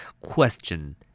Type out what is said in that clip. Question